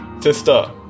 Sister